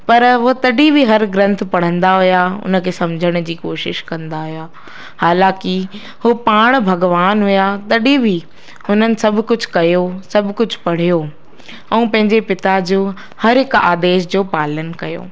पर उहो तॾहिं बि हर ग्रंथ पढ़ंदा हुया उन खे सम्झण जी कोशिश कंदा हुया हालांकि हो पाण भॻवानु हुया तॾहिं बि उन्हनि सभु कुझु कयो सभु कुझु पढ़ियो ऐं पंहिंजे पिता जो हरहिक आदेश जो पालन कयो